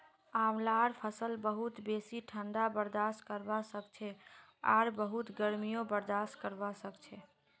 आंवलार फसल बहुत बेसी ठंडा बर्दाश्त करवा सखछे आर बहुत गर्मीयों बर्दाश्त करवा सखछे